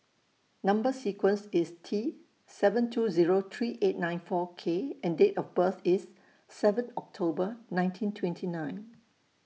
Number sequence IS T seven two Zero three eight nine four K and Date of birth IS seven October nineteen twenty nine